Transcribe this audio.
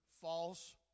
false